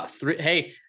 Hey